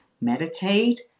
Meditate